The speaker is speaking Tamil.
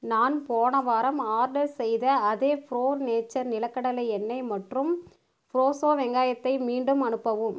நான் போன வாரம் ஆர்டர் செய்த அதே ப்ரோ நேச்சர் நிலக்கடலை எண்ணெய் மற்றும் ஃப்ரொஷோ வெங்காயத்தை மீண்டும் அனுப்பவும்